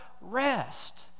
rest